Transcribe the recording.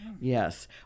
Yes